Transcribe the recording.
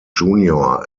junior